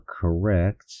correct